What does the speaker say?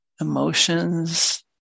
emotions